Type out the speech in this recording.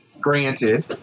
granted